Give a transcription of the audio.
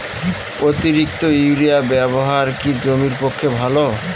অতিরিক্ত ইউরিয়া ব্যবহার কি জমির পক্ষে ভালো?